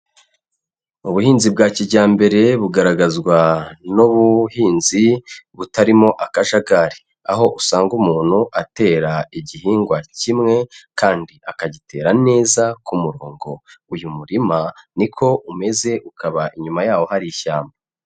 Ubuhinzi bwa kijyambere bugaragazwa n'ubuhinzi butarimo akajagari, aho usanga umuntu atera igihingwa kimwe kandi akagitera neza ku murongo, uyu murima ni ko umeze ukaba inyuma yawo hari ishyamba.